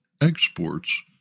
exports